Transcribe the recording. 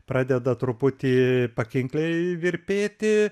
pradeda truputį pakinkliai virpėti